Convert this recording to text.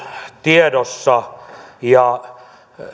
tiedossa